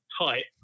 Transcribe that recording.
tight